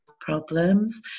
problems